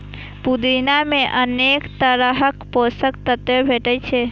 पुदीना मे अनेक तरहक पोषक तत्व भेटै छै